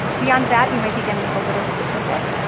beyond that you might be getting a little specific,